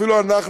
אפילו אנחנו,